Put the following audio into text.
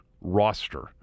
roster